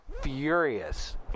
furious